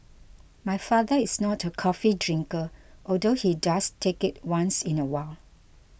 my father is not a coffee drinker although he does take it once in a while